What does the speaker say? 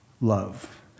love